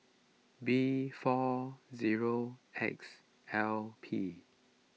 B four zero X L P